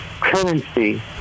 currency